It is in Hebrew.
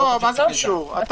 אל